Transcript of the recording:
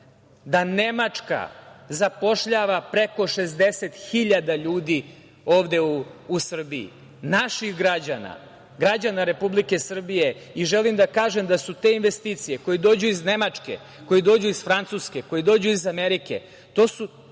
da Nemačka zapošljava preko 60.000 ljudi ovde u Srbiji, naših građana, građana Republike Srbije i želim da kažem da su te investicije koje dođu iz Nemačke, koje dođu iz Francuske, koje dođu iz Amerike, to su